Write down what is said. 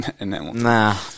Nah